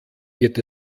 wird